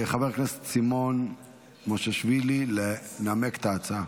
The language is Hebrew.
חבר הכנסת סימון מושיאשוילי, לנמק את ההצעה.